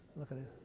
look at it.